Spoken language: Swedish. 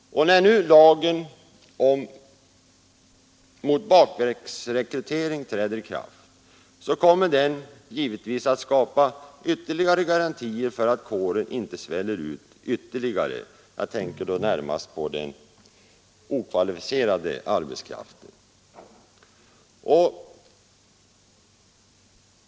Och när nu lagen mot bakvägsrekrytering träder i kraft kommer den givetvis att skapa ytterligare garantier för att kåren inte sväller ut ännu mer — jag tänker närmast på den okvalificerade arbetskraften.